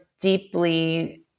deeply